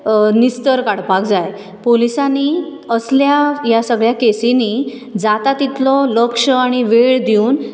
निस्तर काडपाक जाय पोलिसांनी असल्या ह्या सगळ्या केसींनी जाता तितलो लक्ष आनी वेळ दिवन